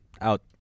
out